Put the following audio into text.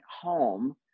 home